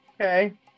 Okay